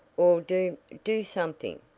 or do do something!